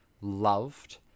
loved